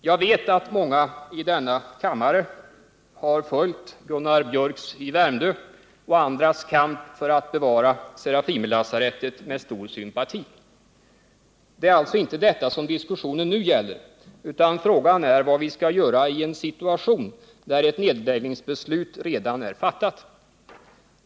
Jag vet att många i denna kammare med stor sympati har följt Gunnar Biörcks i Värmdö och andras kamp för att bevara Serafimerlasarettet. Det är alltså inte detta som diskussionen nu gäller, utan frågan är vad vi skall göra i en situation där ett nedläggningsbeslut redan är fattat.